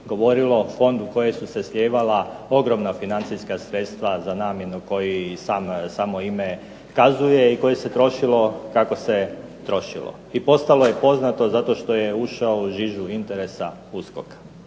govorilo, o Fondu u koji su se slijevala ogromna financijska sredstva za namjenu koji samo ime kazuje i koji se trošilo kako se trošilo. I postalo je poznato zato što je ušao u žižu interesa USKOK-a.